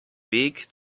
weg